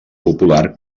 popular